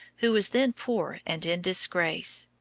who was then poor and in disgrace.